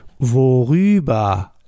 Worüber